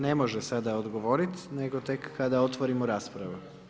Ne može sada odgovoriti, nego tek kada otvorimo raspravu.